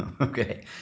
Okay